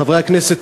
חברי הכנסת,